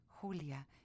Julia